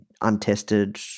untested